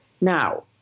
now